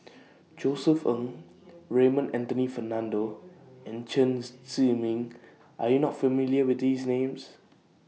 Josef Ng Raymond Anthony Fernando and Chen Zhiming Are YOU not familiar with These Names